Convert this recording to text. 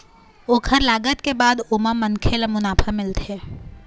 ओखर लागत के बाद ओमा मनखे ल मुनाफा मिलथे